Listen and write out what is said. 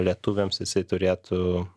lietuviams jisai turėtų